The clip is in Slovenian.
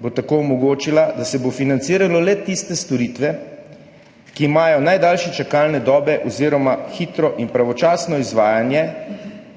bo tako omogočila, da se bo financiralo le tiste storitve, ki imajo najdaljše čakalne dobe, oziroma hitro in pravočasno izvajanje